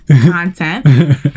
content